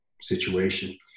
situation